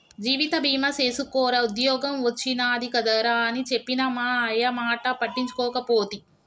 జీవిత బీమ సేసుకోరా ఉద్ద్యోగం ఒచ్చినాది కదరా అని చెప్పిన మా అయ్యమాట పట్టించుకోకపోతి